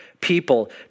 people